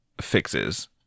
fixes